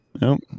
Nope